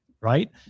right